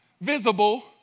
visible